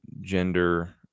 gender